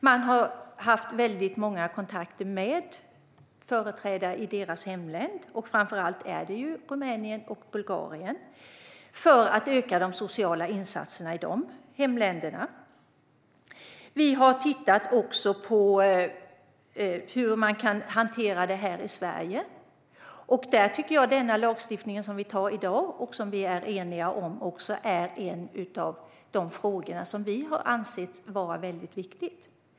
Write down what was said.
Man har haft många kontakter med företrädare i hemländerna - det är framför allt Rumänien och Bulgarien - för att öka de sociala insatserna där. Vi har också tittat på hur man kan hantera detta här i Sverige. Där är den lagstiftning som vi antar i dag och som vi är eniga om också en av de frågor som vi har ansett vara viktiga. Lagar och regler måste skärpas.